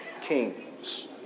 kings